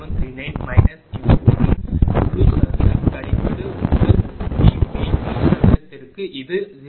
985739 minus இது ஒரு முழு சதுரம் கழித்து உங்கள் V V 2 சதுரத்திற்கு இது 0